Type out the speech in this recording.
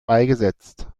beigesetzt